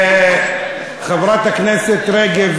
חברת הכנסת רגב,